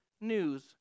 news